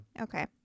Okay